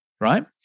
right